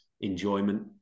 enjoyment